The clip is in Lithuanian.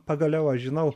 pagaliau aš žinau